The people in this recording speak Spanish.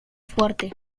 fuerte